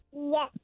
Yes